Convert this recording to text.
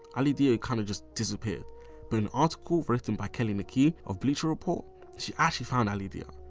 ali dia kind of just disappeared but in article written by kelly naqi of bleacher report she actually found ali dia,